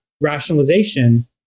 rationalization